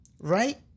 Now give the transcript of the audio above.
Right